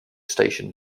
stationed